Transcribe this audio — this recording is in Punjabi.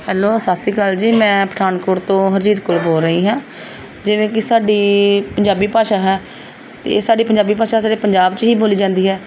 ਹੈਲੋ ਸਤਿ ਸ਼੍ਰੀ ਅਕਾਲ ਜੀ ਮੈਂ ਪਠਾਨਕੋਟ ਤੋਂ ਹਰਜੀਤ ਕੌਰ ਬੋਲ ਰਹੀ ਹਾਂ ਜਿਵੇਂ ਕਿ ਸਾਡੀ ਪੰਜਾਬੀ ਭਾਸ਼ਾ ਹੈ ਅਤੇ ਸਾਡੀ ਪੰਜਾਬੀ ਭਾਸ਼ਾ ਸਿਰਫ਼ ਪੰਜਾਬ 'ਚ ਹੀ ਬੋਲੀ ਜਾਂਦੀ ਹੈ